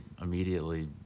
immediately